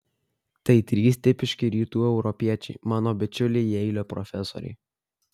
tai trys tipiški rytų europiečiai mano bičiuliai jeilio profesoriai